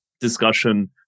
discussion